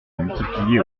multiplié